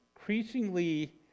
increasingly